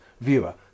viewer